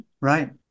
Right